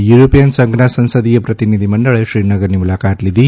યુરોપીય સંઘના સંસદીય પ્રતિનિધિમંડળે શ્રીનગરની મુલાકાત લીધી